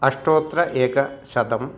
अष्टोत्तरेकशतम्